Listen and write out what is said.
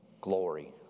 glory